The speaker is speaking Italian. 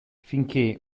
finché